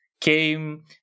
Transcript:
came